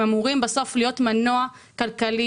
הם אמורים להיות מנוע כלכלי,